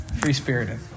free-spirited